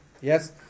Yes